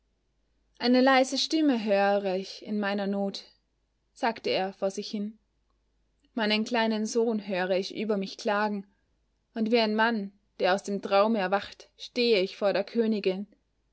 eine leise stimme höre ich in meiner not sagte er vor sich hin meinen kleinen sohn höre ich über mich klagen und wie ein mann der aus dem traume erwacht stehe ich vor der königin